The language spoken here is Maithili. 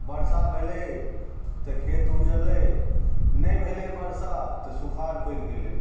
वर्षा भेलै तऽ खेत उपजलै नहि भेलै वर्षा तऽ सुखाड़ पड़ि गेलै